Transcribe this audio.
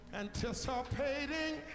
anticipating